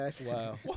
Wow